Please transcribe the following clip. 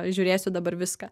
žiūrėsiu dabar viską